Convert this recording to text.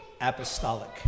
apostolic